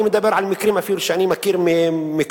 אני מדבר אפילו על מקרים שאני מכיר מקרוב.